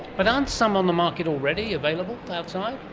but aren't some on the market already available outside?